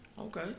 Okay